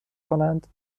کنند